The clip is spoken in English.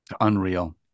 Unreal